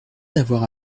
d’avoir